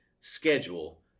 schedule